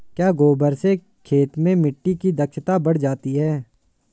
क्या गोबर से खेत में मिटी की क्षमता बढ़ जाती है?